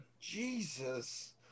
Jesus